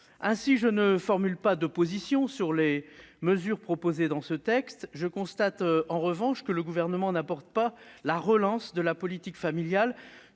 Ainsi, je ne formule pas d'opposition sur les mesures proposées dans ce texte. Je constate en revanche que le Gouvernement n'enclenche pas la relance de la politique familiale